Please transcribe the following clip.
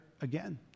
again